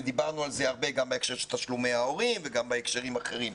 ודיברנו על זה הרבה גם בהקשר של תשלומי ההורים וגם בהקשרים אחרים.